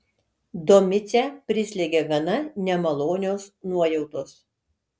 domicę prislėgė gana nemalonios nuojautos